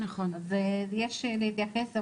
אז יש להתייחס לכך.